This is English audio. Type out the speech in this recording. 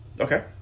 Okay